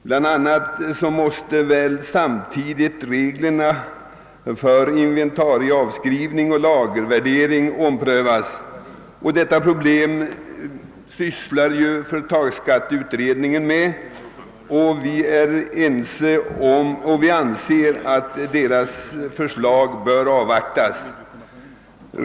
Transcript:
Bland annat måste väl samtidigt reglerna för inventarieavskrivning och lagervärdering omprövas. Dessa problem behandlas ju av företagsskatteutredningen, och vi anser att dess förslag bör avvaktas.